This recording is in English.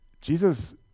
Jesus